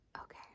Okay